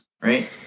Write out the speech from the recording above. right